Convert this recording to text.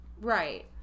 Right